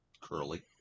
Curly